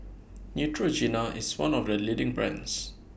Neutrogena IS one of The leading brands